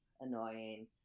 annoying